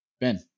ben